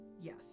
Yes